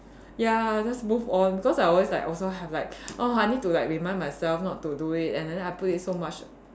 ya just move on because I always like also have like oh I need to like remind myself not to do it and then I put in so much